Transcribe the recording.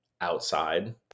outside